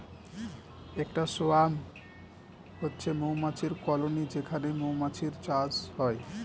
একটা সোয়ার্ম হচ্ছে মৌমাছির কলোনি যেখানে মৌমাছির চাষ হয়